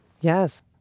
Yes